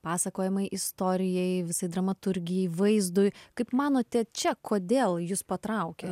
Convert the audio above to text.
pasakojamai istorijai visai dramaturgijai vaizdui kaip manote čia kodėl jus patraukė